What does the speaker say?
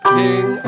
king